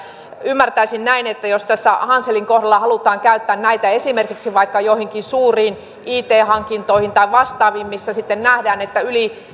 ymmärtäisin näin että jos tässä hanselin kohdalla halutaan käyttää näitä esimerkiksi vaikka joihinkin suuriin it hankintoihin tai vastaaviin missä nähdään että